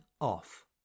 off